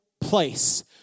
place